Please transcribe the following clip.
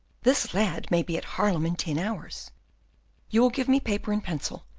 this lad may be at haarlem in ten hours you will give me paper and pencil,